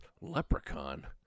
Leprechaun